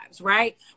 right